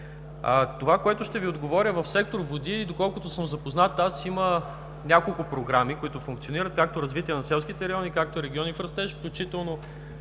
Онова, което ще Ви отговоря – в сектор „Води“, доколкото съм запознат, има няколко програми, които функционират – както „Развитие на селските райони“, както „Региони в растеж“, включително